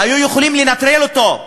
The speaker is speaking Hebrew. היו יכולים לנטרל אותו,